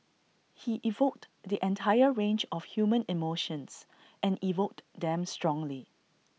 he evoked the entire range of human emotions and evoked them strongly